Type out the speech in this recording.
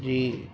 جی